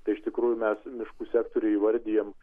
tai iš tikrųjų mes miškų sektoriuj įvardijam